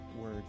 word